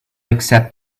accept